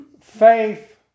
Faith